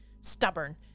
stubborn